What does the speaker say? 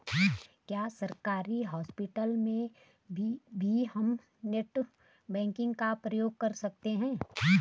क्या सरकारी हॉस्पिटल में भी हम नेट बैंकिंग का प्रयोग कर सकते हैं?